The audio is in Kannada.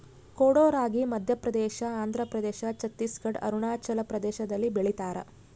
ಕೊಡೋ ರಾಗಿ ಮಧ್ಯಪ್ರದೇಶ ಆಂಧ್ರಪ್ರದೇಶ ಛತ್ತೀಸ್ ಘಡ್ ಅರುಣಾಚಲ ಪ್ರದೇಶದಲ್ಲಿ ಬೆಳಿತಾರ